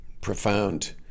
profound